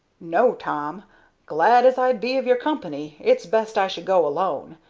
no, tom glad as i'd be of your company, it's best i should go alone,